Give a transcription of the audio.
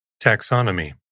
Taxonomy